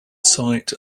site